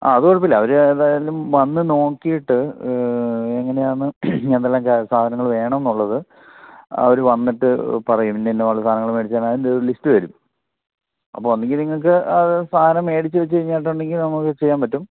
അത് കുഴപ്പമില്ല അവർ ഏതായാലും വന്നു നോക്കിയിട്ട് എങ്ങനെയാണ് എന്തെല്ലാം സാധനങ്ങൾ വേണമെന്നുള്ളത് അവർ വന്നിട്ട് പറയും ഇന്ന ഇന്ന സാധനങ്ങൾ മേടിച്ചാൽ അതിൻ്റെ ലിസ്റ്റ് തരും അപ്പോൾ ഒന്നെങ്കിൽ നിങ്ങൾക്ക് ആ സാധനം മേടിച്ചു വെച്ച് കഴിഞ്ഞിട്ടുണ്ടെങ്കിൽ നമുക്ക് ചെയ്യാൻ പറ്റും